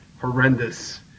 horrendous